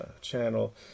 channel